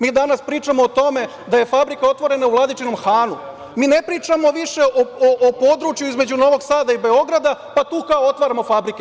Mi danas pričamo o tome da je fabrika otvorena u Vladičinom Hanu, mi ne pričamo više o području između Novog Sada i Beograda, pa tu kao otvaramo fabrike.